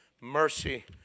mercy